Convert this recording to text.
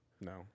No